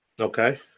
Okay